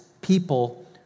people